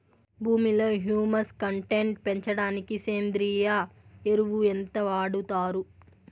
భూమిలో humus content పెంచడానికి సేంద్రియ ఎరువు ఎంత వాడుతారు